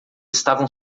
estavam